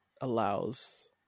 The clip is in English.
allows